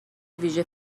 ویژه